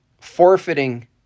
forfeiting